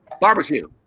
barbecue